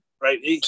right